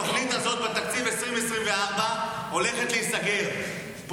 התוכנית הזאת הולכת להיסגר בתקציב 2024,